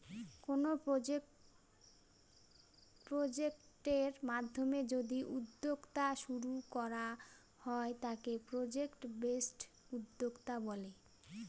কোনো প্রজেক্টের মাধ্যমে যদি উদ্যোক্তা শুরু করা হয় তাকে প্রজেক্ট বেসড উদ্যোক্তা বলে